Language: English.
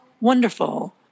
wonderful